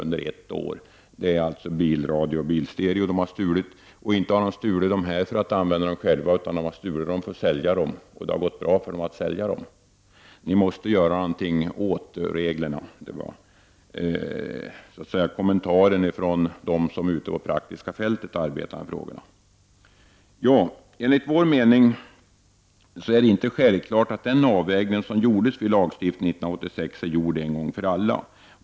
Man hade stulit bilradioapparater och bilstereobandspelare, inte för att själv använda dem utan för att sälja dem. Det hade inte varit något problem att sälja dessa apparater. Kommentaren från dem som är ute och arbetar på fältet är att vi måste göra någonting åt reglerna. Enligt vår mening är det inte självklart att den avvägning som gjordes vid lagstiftningen 1986 är gjord en gång för alla.